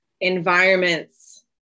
environments